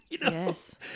yes